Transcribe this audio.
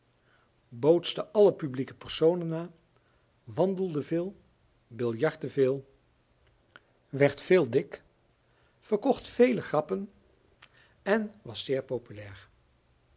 bootste alle publieke personen na wandelde veel biljartte veel werd veel dik verkocht vele grappen en was zeer populair